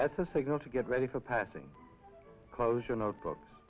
that's a signal to get ready for passing closure notebooks